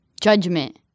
judgment